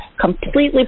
completely